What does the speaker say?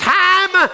time